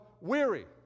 weary